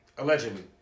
Allegedly